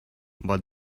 but